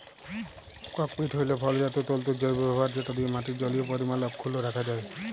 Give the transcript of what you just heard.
cocopeat হ্যইল ফলজাত তল্তুর জৈব ব্যাভার যেট দিঁয়ে মাটির জলীয় পরিমাল অখ্খুল্ল রাখা যায়